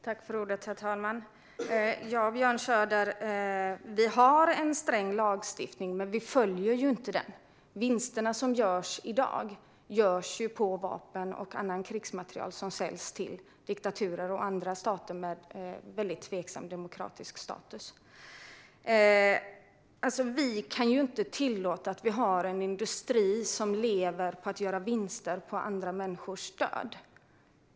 Herr talman! Ja, Björn Söder, vi har en sträng lagstiftning, men vi följer den inte. De vinster som görs i dag görs ju på vapen och annan krigsmateriel som säljs till diktaturer och andra stater med väldigt tveksam demokratisk status. Vi kan inte tillåta att vi har en industri som lever på att göra vinster på andra människors död.